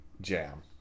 jam